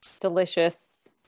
delicious